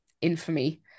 infamy